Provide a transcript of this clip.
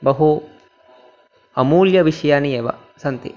बहु अमूल्यविषयाः एव सन्ति